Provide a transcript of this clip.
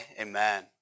amen